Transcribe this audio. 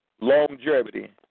longevity